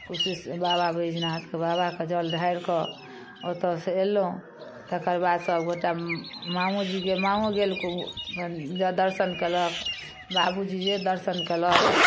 कोशिश बाबा बैजनाथ बाबाके जल ढारि कऽ ओतयसँ अयलहुँ तकर बाद सभ गोटा माँओ जीके माँओ गेल खूब जे दर्शन कयलक बाबूजी जे दर्शन कयलक